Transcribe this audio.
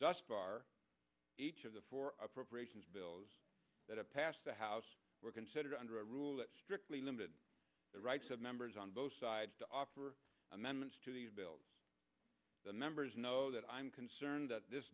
thus far each of the four appropriations bills that have passed the house were considered under a rule that strictly limited the rights of members on both sides to offer amendments to these bills the members know that i'm concerned that this